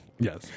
Yes